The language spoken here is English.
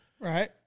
Right